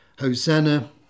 Hosanna